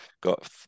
Got